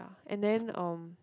ya and then um